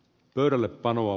pöydälle panoa